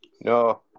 No